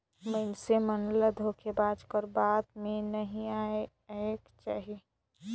मइनसे मन ल धोखेबाज कर बात में नी आएक चाही